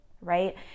right